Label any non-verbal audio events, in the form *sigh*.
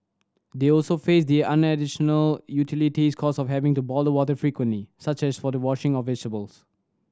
they also faced the *unintelligible* utilities cost of having to boil water frequently such as for the washing of vegetables